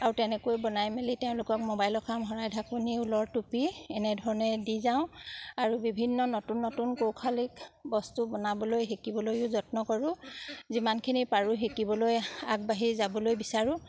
আৰু তেনেকৈ বনাই মেলি তেওঁলোকক মোবাইলৰ খাম শৰাই ঢাকনি ঊলৰ টুপি এনেধৰণে দি যাওঁ আৰু বিভিন্ন নতুন নতুন কৌশালিক বস্তু বনাবলৈ শিকিবলৈও যত্ন কৰোঁ যিমানখিনি পাৰোঁ শিকিবলৈ আগবাঢ়ি যাবলৈ বিচাৰোঁ